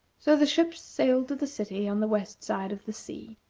so the ships sailed to the city on the west side of the sea